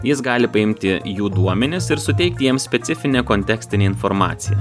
jis gali paimti jų duomenis ir suteikti jiems specifinę kontekstinę informaciją